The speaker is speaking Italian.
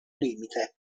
limite